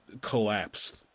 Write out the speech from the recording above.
collapsed